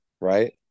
right